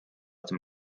dem